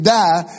die